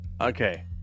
Okay